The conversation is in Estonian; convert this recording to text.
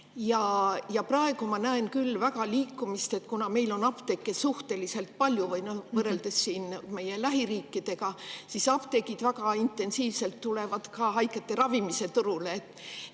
Praegu ma näen küll liikumist [selles suunas], et kuna meil on apteeke suhteliselt palju võrreldes meie lähiriikidega, siis apteegid väga intensiivselt tulevad ka haigete ravimise turule.